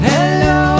Hello